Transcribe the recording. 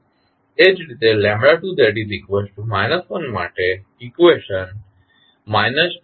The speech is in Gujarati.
એ જ રીતે 2 1 માટે ઇકવેશન બનશે